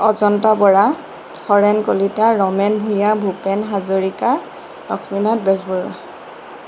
Ajanta Bora Haren Kalita Ramen Bhuyan Bhupen Hazarika Lakshminath Bezbaroa